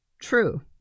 True